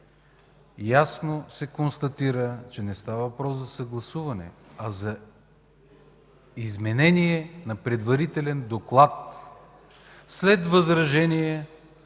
ясно се констатира, че не става въпрос за съгласуване, а за изменение на предварителен доклад след възражение